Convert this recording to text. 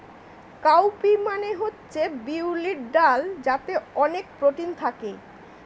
cow P মানে হচ্ছে বিউলির ডাল যাতে অনেক প্রোটিন থাকে